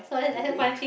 okay